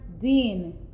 Dean